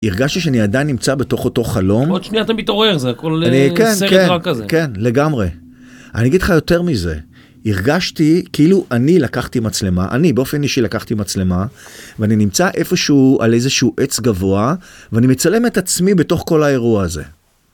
הרגשתי שאני עדיין נמצא בתוך אותו חלום. עוד שנייה אתה מתעורר, זה הכל סרט רע כזה. כן, לגמרי. אני אגיד לך יותר מזה, הרגשתי כאילו אני לקחתי מצלמה, אני באופן אישי לקחתי מצלמה, ואני נמצא איפושהו על איזשהו עץ גבוה, ואני מצלם את עצמי בתוך כל האירוע הזה.